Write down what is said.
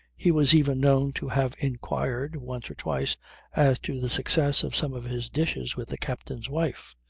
he was even known to have inquired once or twice as to the success of some of his dishes with the captain's wife.